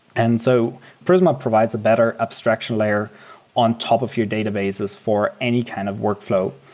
and so prisma provides a better abstraction layer on top of your databases for any kind of workflow,